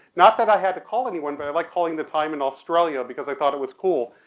not that i had to call anyone, but i liked calling the time in australia because i thought it was cool.